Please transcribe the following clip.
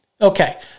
Okay